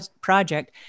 project